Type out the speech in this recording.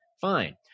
fine